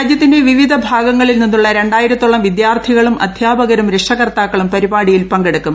രാജ്യത്തിന്റെ വിഷ്ണു് ഭാഗങ്ങളിൽ നിന്നുള്ള രണ്ടായിരത്തോളം വിദ്യാർത്ഥികളും അദ്ധ്യാപകരും രക്ഷകർത്താക്കളും പരിപാടിയിൽ പങ്കെടുക്കും